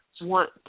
want